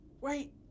Wait